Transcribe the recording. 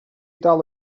dal